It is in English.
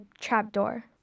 trapdoor